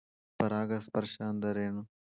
ಪರಾಗಸ್ಪರ್ಶ ಅಂದರೇನು?